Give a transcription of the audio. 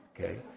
Okay